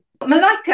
Malaka